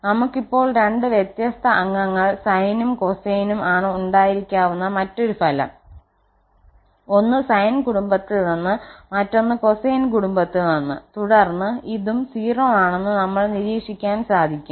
നമുക്ക് ഇപ്പോൾ രണ്ട് വ്യത്യസ്ത അംഗങ്ങൾ സൈനും കൊസൈനും ആണ് ഉണ്ടായിരിക്കാവുന്ന മറ്റൊരു ഫലം ഒന്ന് സൈൻ കുടുംബത്തിൽ നിന്ന് മറ്റൊന്ന് കൊസൈൻ കുടുംബത്തിൽ നിന്ന്തുടർന്ന് ഇതും 0 ആണെന്ന് നമ്മൾക്ക് നിരീക്ഷിക്കാൻ സാധിക്കും